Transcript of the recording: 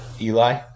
Eli